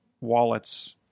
wallet's